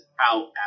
out